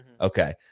Okay